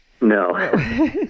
No